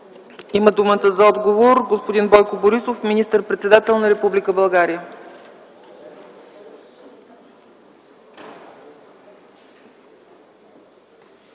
Има думата за отговор господин Бойко Борисов – министър-председател на Република България.